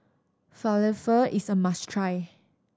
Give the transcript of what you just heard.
falafel is a must try